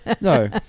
No